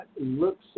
looks